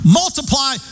multiply